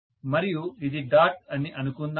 మరియు ఇది డాట్ అని అనుకుందాము